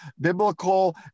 biblical